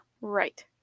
Right